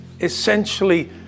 essentially